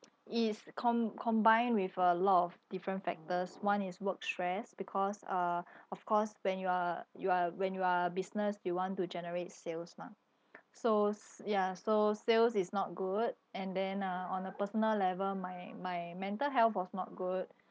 it's com~ combined with uh a lot of different factors one is work stress because uh of course when you are you are when you are business you want to generate sales mah so ya so sales is not good and then uh on a personal level my my mental health was not good